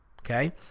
okay